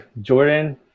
Jordan